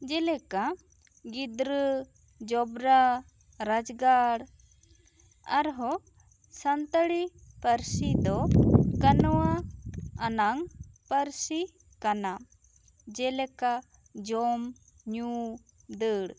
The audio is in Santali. ᱡᱮ ᱞᱮᱠᱟ ᱜᱤᱫᱽᱨᱟᱹ ᱡᱚᱵᱽᱨᱟ ᱨᱟᱡᱽᱜᱟᱲ ᱟᱨᱦᱚᱸ ᱥᱟᱱᱛᱟᱲᱤ ᱯᱟᱹᱨᱥᱤ ᱫᱚ ᱠᱟᱱᱚᱣᱟ ᱟᱱᱟᱝ ᱯᱟᱹᱨᱥᱤ ᱠᱟᱱᱟ ᱡᱮᱞᱮᱠᱟ ᱡᱚᱢ ᱧᱩ ᱫᱟᱹᱲ